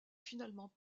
finalement